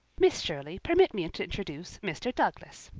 miss shirley, permit me to introduce mr. douglas,